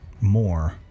more